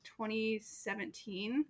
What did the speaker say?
2017